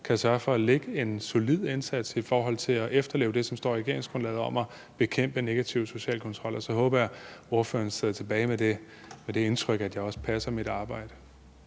kan sørge for at lægge en solid indsats i forhold til at efterleve det, som står i regeringsgrundlaget om at bekæmpe negativ social kontrol. Og så håber jeg, ordføreren sidder tilbage med det indtryk, at jeg også passer mit arbejde.